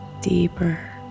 deeper